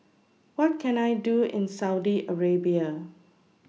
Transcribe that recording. What Can I Do in Saudi Arabia